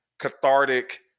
cathartic